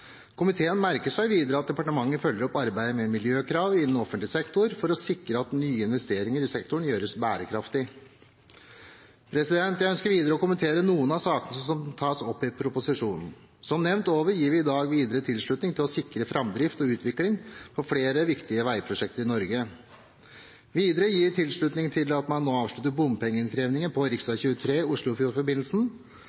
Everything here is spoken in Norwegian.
Komiteen merker seg videre at departementet følger opp arbeidet med miljøkrav innenfor offentlig sektor for å sikre at nye investeringer i sektoren gjøres bærekraftig. Jeg ønsker videre å kommentere noen av sakene som tas opp i proposisjonen. Som nevnt over gir vi i dag videre tilslutning til å sikre framdrift og utvikling på flere viktige veiprosjekter i Norge. Videre gir vi tilslutning til at man nå avslutter bompengeinnkrevingen på